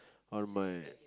on my